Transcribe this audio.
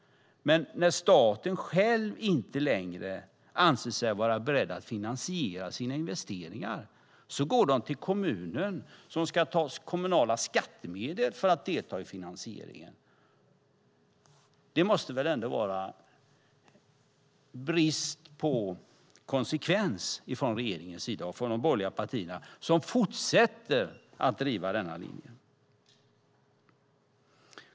Men när staten själv inte längre anser sig vara beredd att finansiera sina investeringar går man till kommunen som ska ta kommunala skattemedel för att delta i finansieringen. Det måste väl ändå vara brist på konsekvens från regeringens sida och från de borgerliga partiernas sida som fortsätter att driva denna linje?